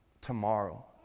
tomorrow